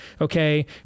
Okay